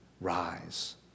rise